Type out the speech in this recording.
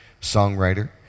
songwriter